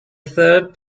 third